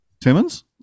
Timmons